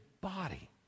body